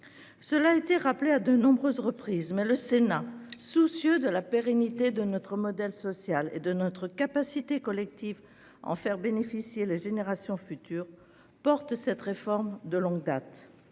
Cela a été rappelé à de nombreuses reprises, le Sénat, soucieux de la pérennité de notre modèle social et de notre capacité collective à en faire bénéficier les générations futures, porte cette réforme de longue date.